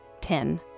ten